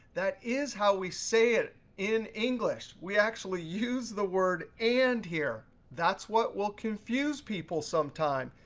that is how we say it in english. we actually use the word and here. that's what will confuse people some time.